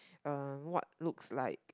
uh what looks like